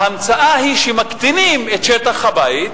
ההמצאה היא שמקטינים את שטח הבית,